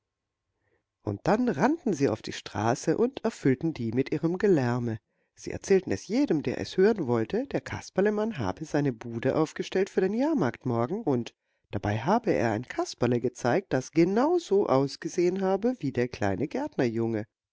und dann rannten sie auf die straße und erfüllten die mit ihrem gelärme sie erzählten es jedem der es hören wollte der kasperlemann habe seine bude aufgestellt für den jahrmarkt morgen und dabei habe er ein kasperle gezeigt das ganz genau so ausgesehen habe wie der kleine